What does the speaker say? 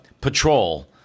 patrol